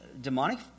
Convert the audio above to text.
demonic